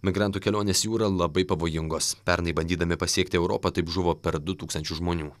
migrantų kelionės jūra labai pavojingos pernai bandydami pasiekti europą taip žuvo per du tūkstančius žmonių